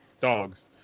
dogs